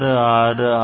666 ஆகும்